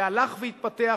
זה הלך והתפתח,